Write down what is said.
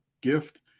gift